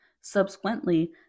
Subsequently